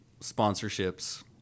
sponsorships